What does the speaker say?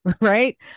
right